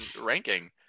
ranking